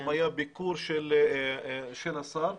גם היה ביקור של השר במקום.